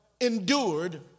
endured